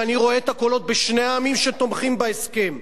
ואני רואה את הקולות בשני העמים שתומכים בהסכם.